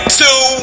two